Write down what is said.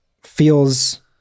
feels